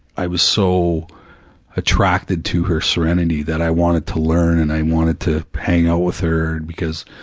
i was so attracted to her serenity that i wanted to learn, and i wanted to hang out with her, because